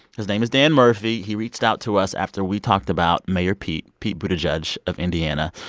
his name is dan murphy. he reached out to us after we talked about mayor pete pete buttigieg of indiana.